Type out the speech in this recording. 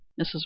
mrs